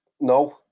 no